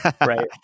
right